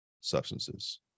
substances